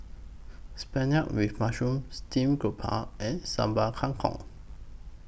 with Mushroom Steamed Garoupa and Sambal Kangkong